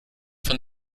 von